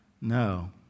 No